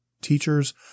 teachers